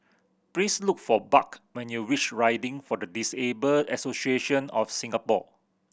please look for Buck when you reach Riding for the Disabled Association of Singapore